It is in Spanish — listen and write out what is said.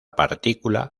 partícula